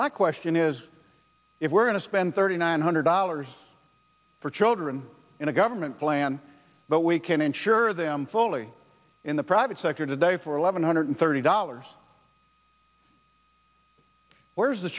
my question is if we're going to spend thirty nine hundred dollars for children in a government plan but we can insure them fully in the private sector today for eleven hundred thirty dollars where is the